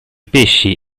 pesci